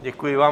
Děkuji vám.